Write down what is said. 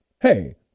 Hey